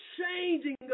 changing